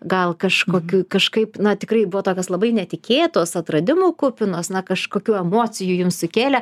gal kažkokių kažkaip na tikrai buvo tokios labai netikėtos atradimų kupinos na kažkokių emocijų jums sukėlė